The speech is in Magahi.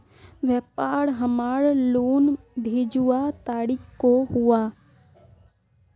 व्यापार हमार लोन भेजुआ तारीख को हुआ?